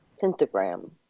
Pentagram